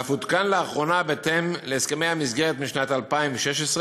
ואף עודכן לאחרונה בהתאם להסכמי המסגרת משנת 2016,